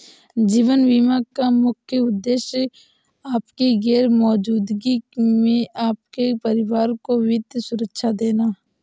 जीवन बीमा का मुख्य उद्देश्य आपकी गैर मौजूदगी में आपके परिवार को वित्तीय सुरक्षा देना